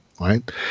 right